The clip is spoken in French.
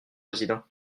président